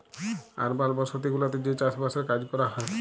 আরবাল বসতি গুলাতে যে চাস বাসের কাজ ক্যরা হ্যয়